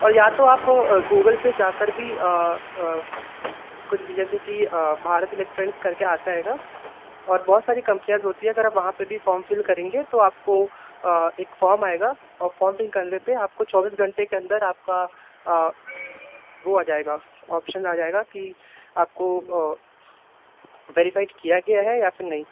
और या तो आप गूगल पे जाकर भी कुछ भी जैसे कि भारत इलेक्ट्रॉनिक्स कर के आता है ना और बहुत सारी कम्पनियाँ होती हैं अगर वहाँ पर भी फ़ॉर्म फिल करेंगे तो आपको एक फ़ॉर्म आएगा और फ़ॉर्म फिल करने पर आपको चौबीस घंटे के अन्दर आपका वह आ जाएगा ऑप्शन आ जाएगा कि आपको वेरफाइड किया गया है या फिर नहीं